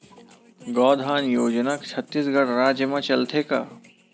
गौधन योजना छत्तीसगढ़ राज्य मा चलथे का?